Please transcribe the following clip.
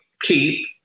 keep